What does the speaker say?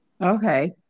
Okay